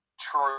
True